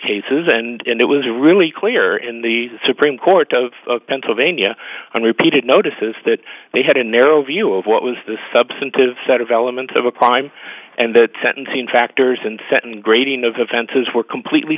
cases and it was really clear in the supreme court of pennsylvania on repeated notices that they had a narrow view of what was the substantive set of elements of a crime and the sentencing factors and set and grading of offenses were completely